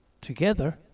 Together